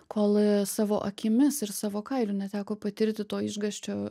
kol savo akimis ir savo kailiu neteko patirti to išgąsčio